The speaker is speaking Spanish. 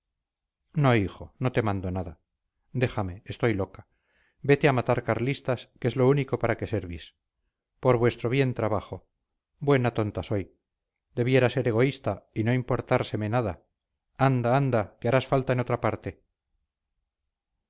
no hijo no te mando nada déjame estoy loca vete a matar carlistas que es lo único para que servís por vuestro bien trabajo buena tonta soy debiera ser egoísta y no importárseme nada anda anda que harás falta en otra parte